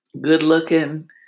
good-looking